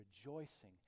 rejoicing